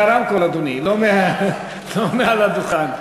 מהרמקול, אדוני, לא מעל הדוכן.